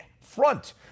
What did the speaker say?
front